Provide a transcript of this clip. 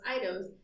items